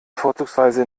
vorzugsweise